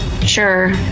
Sure